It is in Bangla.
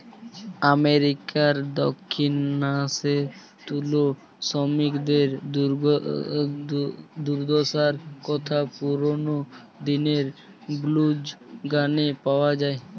আমেরিকার দক্ষিণাংশে তুলো শ্রমিকদের দুর্দশার কথা পুরোনো দিনের ব্লুজ গানে পাওয়া যায়